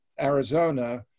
Arizona